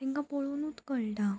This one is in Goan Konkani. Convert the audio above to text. तेंकां पळोवनूच कळटा